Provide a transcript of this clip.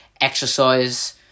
exercise